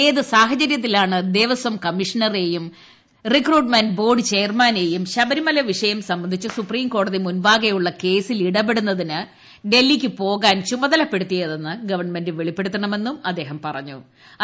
ഏത് സാഹ്ചര്യത്തിലാണ് ദേവസ്വം കമ്മീഷണറെയും റിക്രൂട്ട്മെന്റ് ബോർഡ് ചെയർമാനെയും ശബരിമല വിഷയം സംബന്ധിച്ച് സൂപ്രീംകോടതി മുൻപാകെയുള്ള കേസിൽ ഇടപെടുന്നതിന് ഡൽഹിയിൽ പോകാൻ ചുമതലപെടുത്തിയതെന്ന് ഗവൺമെന്റ് വെളിപ്പെടുത്തണമെന്നും അദ്ദേഹം ആവശ്യപ്പെട്ടു